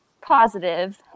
positive